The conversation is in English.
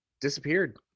disappeared